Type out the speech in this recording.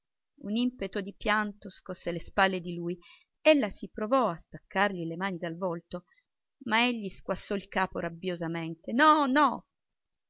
un impeto di pianto scosse le spalle di lui ella si provò a staccargli le mani dal volto ma egli squassò il capo rabbiosamente no no